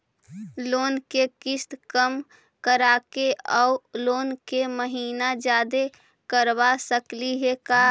Loan के किस्त कम कराके औ लोन के महिना जादे करबा सकली हे का?